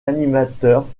animateurs